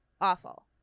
awful